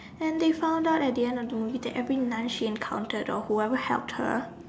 and they found out at the end of the movie that every Nun she encountered or whoever helped her